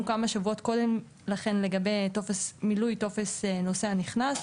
כמה שבועות קודם לכן לגבי מילוי טופס נוסע נכנס,